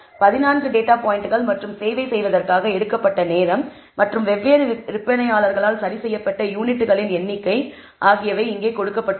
14 data பாயிண்டுகள் மற்றும் சேவை செய்வதற்காக எடுக்கப்பட்ட நேரம் மற்றும் வெவ்வேறு விற்பனையாளர்களால் சரிசெய்யப்பட்ட யூனிட்களின் எண்ணிக்கை ஆகியவை கொடுக்கபட்டுள்ளது